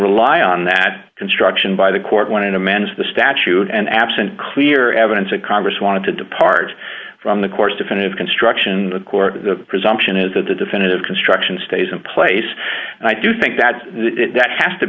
rely on that construction by the court wanted to manage the statute and absent clear evidence that congress wanted to depart from the course definitive construction the core of the presumption is that the definitive construction stays in place and i do think that that has to